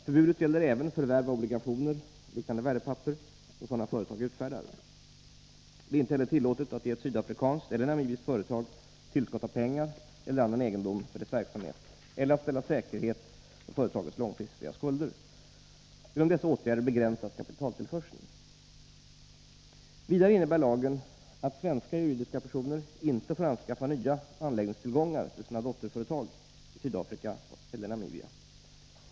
Förbudet gäller även förvärv av obligationer och liknande värdepapper som sådana företag utfärdar. Det ärinte heller tillåtet att ge ett sydafrikanskt eller namibiskt företag tillskott av pengar eller annan egendom för dess verksamhet eller att ställa säkerhet för företagets långfristiga skulder. Genom dessa åtgärder begränsas kapitaltillförseln. Vidare innebär lagen att svenska juridiska personer inte får anskaffa nya anläggningstillgångar till sina dotterföretag i Sydafrika eller Namibia.